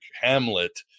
Hamlet